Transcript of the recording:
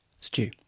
Stew